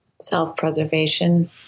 Self-preservation